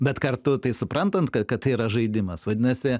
bet kartu tai suprantant kad tai yra žaidimas vadinasi